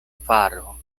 faro